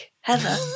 Heather